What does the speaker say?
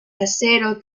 acero